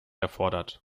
erfordert